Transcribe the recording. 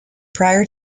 prior